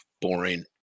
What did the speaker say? boring